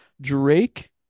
Drake